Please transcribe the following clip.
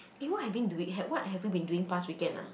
eh what have been doing what have you been doing pass weekend ah